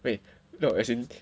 wait no as in